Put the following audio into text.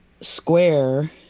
square